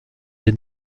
des